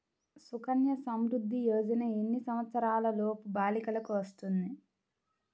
సుకన్య సంవృధ్ది యోజన ఎన్ని సంవత్సరంలోపు బాలికలకు వస్తుంది?